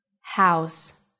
House